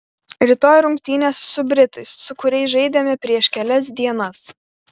rytoj rungtynės su britais su kuriais žaidėme prieš kelias dienas